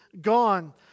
Gone